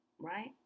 Right